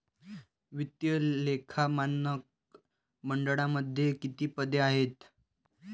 वित्तीय लेखा मानक मंडळामध्ये किती पदे आहेत?